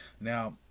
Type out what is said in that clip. Now